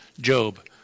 Job